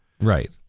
right